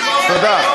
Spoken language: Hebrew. תודה.